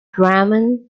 drammen